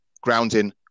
Grounding